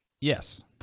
Yes